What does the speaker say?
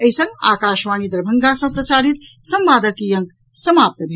एहि संग आकाशवाणी दरभंगा सँ प्रसारित संवादक ई अंक समाप्त भेल